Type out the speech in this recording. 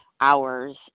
hours